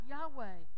Yahweh